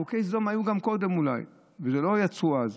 חוקי סדום היו קודם, אולי, הם לא יצאו אז.